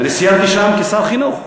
ואני סיירתי שם כשר החינוך.